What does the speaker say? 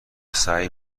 سعی